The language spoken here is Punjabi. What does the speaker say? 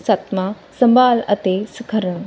ਸੱਤਵਾਂ ਸੰਭਾਲ ਅਤੇ ਸੁਖਰਾ